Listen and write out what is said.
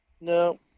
no